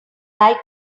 like